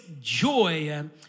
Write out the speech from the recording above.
joy